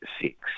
six